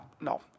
no